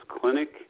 clinic